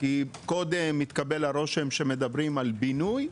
כי קודם התקבל הרושם שמדברים על בינוי,